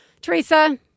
Teresa